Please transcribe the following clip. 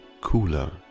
cooler